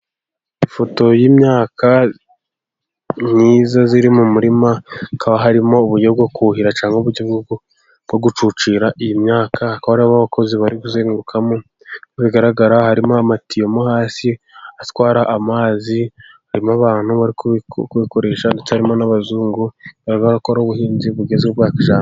Ifoto y'imyaka myiza iri mu murima, hakaba harimo uburyo bwo kuhira cyangwa uburyo gucucira iyi myaka, hakaba harimo abakozi bari kuzenguruka bigaragara ko harimo amatiyo mo hasi atwara amazi. Harimo abantu bari kubikoresha ndetse harimo n'abazungu barimo barakora ubuhinzi bugezweho bwa kijyambere.